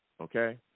okay